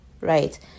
right